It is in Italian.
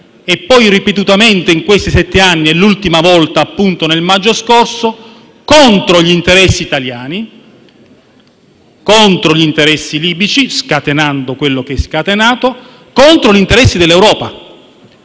e poi ripetutamente in questi sette anni (l'ultima volta appunto nel maggio scorso) contro gli interessi italiani, contro gli interessi libici (scatenando quello che ha scatenato) e contro gli interessi dell'Europa.